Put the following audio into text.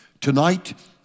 tonight